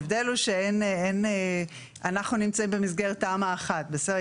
ההבדל הוא שאנחנו נמצאים במסגרת תמ"א 1, בסדר?